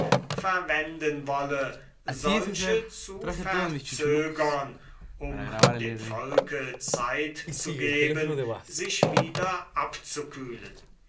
verwenden wolle solche zu verzögern um dem volke zeit zu geben sich wieder abzukühlen